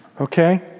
okay